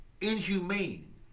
Inhumane